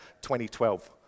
2012